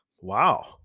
wow